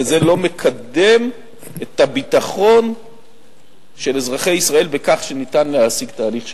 וזה לא מקדם את הביטחון של אזרחי ישראל בכך שניתן להשיג תהליך שלום.